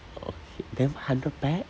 okay then hundred pack